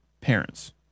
parents